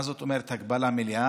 מה זאת אומרת הגבלה מלאה?